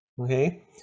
okay